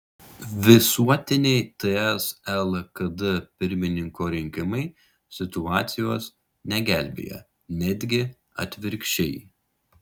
visuotiniai ts lkd pirmininko rinkimai situacijos negelbėja netgi atvirkščiai